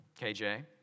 KJ